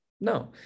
No